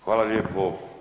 Hvala lijepo.